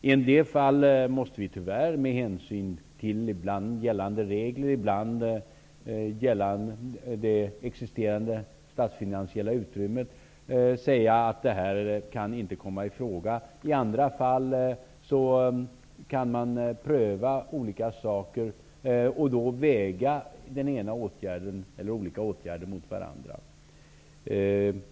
I en del fall måste vi, tyvärr, med hänsyn till ibland gällande regler och ibland det existerande statsfinansiella utrymmet, säga att något inte kan komma i fråga. I andra fall kan vi pröva olika förslag och då väga olika förslag till åtgärder mot varandra.